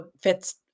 fits